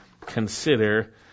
Consider